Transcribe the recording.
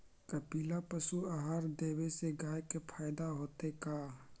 कपिला पशु आहार देवे से गाय के फायदा होतै का?